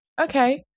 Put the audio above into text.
Okay